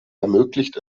ermöglicht